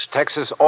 Texas